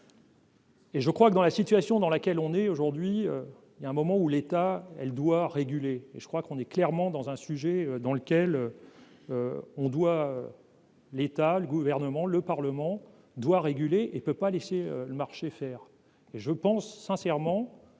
Et je crois que dans la situation dans laquelle on est aujourd'hui, il y a un moment où l'état, elle doit réguler et je crois qu'on est clairement dans un sujet dans lequel on doit l'État, le gouvernement, le Parlement doit réguler et peut pas laisser le marché faire et je pense sincèrement